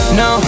no